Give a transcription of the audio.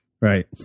Right